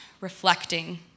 reflecting